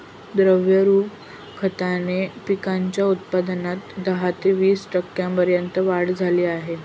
द्रवरूप खताने पिकांच्या उत्पादनात दहा ते वीस टक्क्यांपर्यंत वाढ झाली आहे